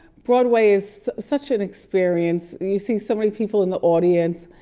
broadway is such an experience. you see so many people in the audience.